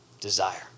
desire